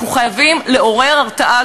אנחנו חייבים לעורר הרתעה,